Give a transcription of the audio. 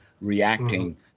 reacting